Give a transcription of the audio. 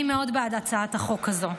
אני מאוד בעד הצעת החוק הזאת.